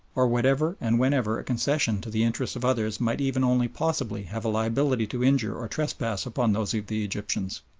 or wherever and whenever a concession to the interests of others might even only possibly have a liability to injure or trespass upon those of the egyptians.